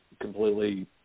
completely